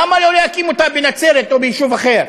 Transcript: למה לא להקים אותה בנצרת או ביישוב אחר?